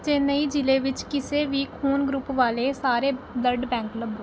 ਚੇਨਈ ਜ਼ਿਲ੍ਹੇ ਵਿੱਚ ਕਿਸੇ ਵੀ ਖੂਨ ਗਰੁੱਪ ਵਾਲੇ ਸਾਰੇ ਬਲੱਡ ਬੈਂਕ ਲੱਭੋ